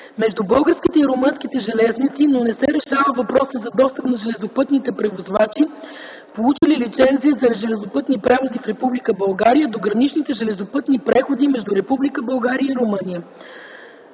между българските и румънските железници, но не се решава въпросът за достъп на железопътните превозвачи, получили лицензия за железопътни превози в Република България, до граничните железопътни преходи между Република